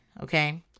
okay